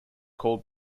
called